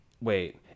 Wait